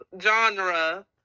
genre